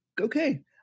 okay